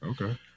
Okay